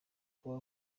kuba